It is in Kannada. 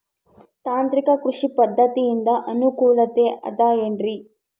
ತಾಂತ್ರಿಕ ಕೃಷಿ ಪದ್ಧತಿಯಿಂದ ಅನುಕೂಲತೆ ಅದ ಏನ್ರಿ?